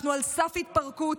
אנחנו על סף התפרקות,